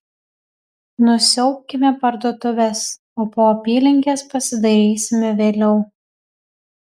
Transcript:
nusiaubkime parduotuves o po apylinkes pasidairysime vėliau